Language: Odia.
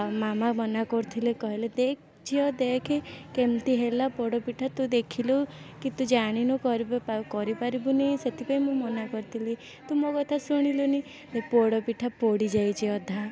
ମାମା ମନା କରୁଥିଲେ କହିଲେ ଦେଖ ଝିଅ ଦେଖେ କେମିତି ହେଲା ପୋଡ଼ପିଠା ତୁ ଦେଖିଲୁ କିନ୍ତୁ ଜାଣିନୁ କରିବାପା କରିପାରିବୁନି ସେଥିପାଇଁ ମୁଁ ମନା କରିଥିଲି ତୁ ମୋ କଥା ଶୁଣିଲୁନି ସେ ପୋଡ଼ପିଠା ପୋଡ଼ିଯାଇଛି ଅଧା